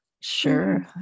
Sure